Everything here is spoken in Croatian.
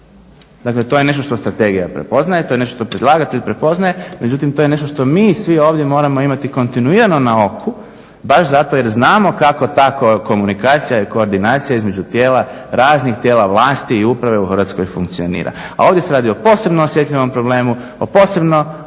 Dakle, to je nešto što strategija prepoznaje, to je nešto što predlagatelj prepoznaje, međutim to je nešto što mi svi ovdje moramo imati kontinuirano na oku, baš zato jer znamo kako ta komunikacija i koordinacija između tijela, raznih tijela vlasti i uprave u Hrvatskoj funkcionira. A ovdje se radi o posebno osjetljivom problemu, o posebno